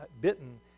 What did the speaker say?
bitten